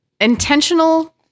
intentional